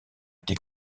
été